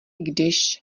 když